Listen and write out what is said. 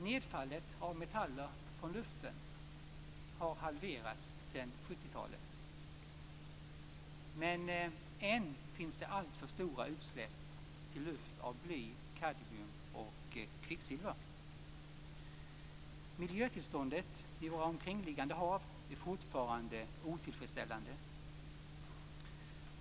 Nedfallet av metaller från luften har halverats sen 70-talet, men än finns det alltför stora utsläpp till luft av bly, kadmium och kvicksilver. Miljötillståndet i våra omkringliggande hav är fortfarande otillfredsställande.